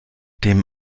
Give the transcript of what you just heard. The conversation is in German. dem